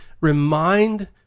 Remind